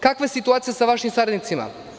Kakva je situacija sa vašim saradnicima?